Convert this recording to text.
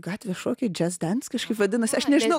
gatvės šokiai džest dens kažkaip vadinasi aš nežinau